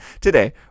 today